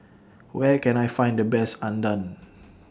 Where Can I Find The Best Udon